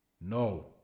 No